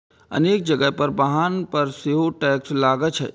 अनेक जगह पर वाहन पर सेहो टैक्स लागै छै